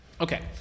Okay